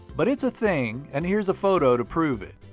but it's a thing, and here's a photo to prove it.